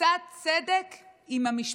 עושה צדק עם המשפחות.